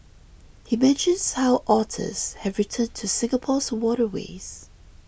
he mentions how otters have returned to Singapore's waterways